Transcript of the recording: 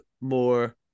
more